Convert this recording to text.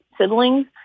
siblings